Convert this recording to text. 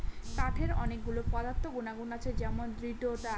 কাঠের অনেক গুলো পদার্থ গুনাগুন আছে যেমন দৃঢ়তা